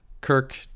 Kirk